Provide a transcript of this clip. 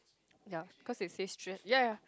yeah cause they say stress yeah